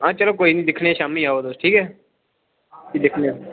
हां चलो कोई नी दिक्खने आं शाम्मी आओ तुस ठीक ऐ फ्ही दिक्खने आं